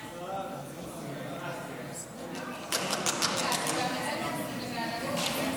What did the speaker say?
לפרוטוקול נוסיף גם את חברת הכנסת שרון